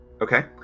Okay